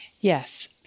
Yes